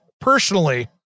personally